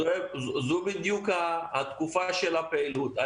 זו בדיוק התקופה של הפעילות.